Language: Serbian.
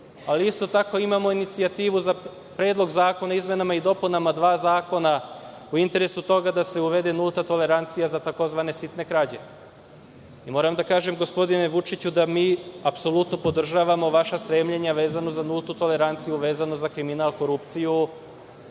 Ali, isto tako, imamo inicijativu za predlog zakona o izmenama i dopunama dva zakona, u interesu toga da se uvede nulta tolerancija za tzv. sitne krađe. Moram da kažem, gospodine Vučiću, da mi apsolutno podržavamo vaša stremljenja vezano za nultu toleranciju, kriminal, korupciju,